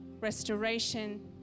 restoration